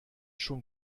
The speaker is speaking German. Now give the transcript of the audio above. schon